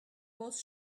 was